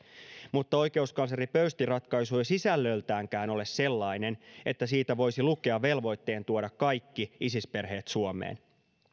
mutta oikeuskansleri pöystin ratkaisu ei sisällöltäänkään ole sellainen että siitä voisi lukea velvoitteen tuoda kaikki isis perheet suomeen